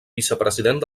vicepresident